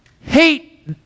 hate